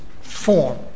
form